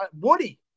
Woody